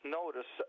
Notice